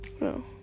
No